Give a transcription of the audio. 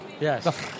Yes